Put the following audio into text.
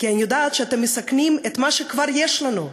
כי אני יודעת שאתם מסכנים את מה שכבר יש לנו.